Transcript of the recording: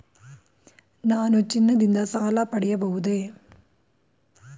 ನಾನು ಚಿನ್ನದಿಂದ ಸಾಲ ಪಡೆಯಬಹುದೇ?